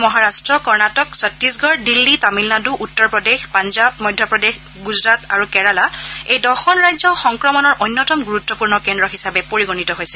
মহাৰট্ট কৰ্ণাটক ছট্টশগড় দিল্লী তামিলনাডূ উত্তৰ প্ৰদেশ পাঞ্জাব মধ্য প্ৰদেশ গুজৰাট আৰু কেৰালা এই দহখন ৰাজ্য সংক্ৰমণৰ অন্যতম গুৰুত্বপূৰ্ণ কেন্দ্ৰ হিচাপে পৰিগণিত হৈছে